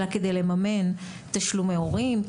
אלא כדי לממן תשלומי הורים,